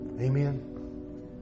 Amen